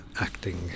acting